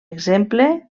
exemple